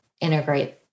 integrate